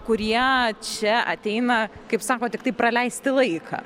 kurie čia ateina kaip sako tiktai praleisti laiką